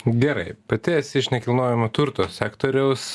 gerai pati esi iš nekilnojamo turto sektoriaus